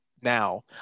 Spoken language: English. now